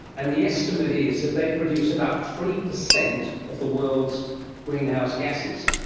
and the estimate is that they produce about three percent of the world's greenhouse gases.